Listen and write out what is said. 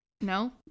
no